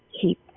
keep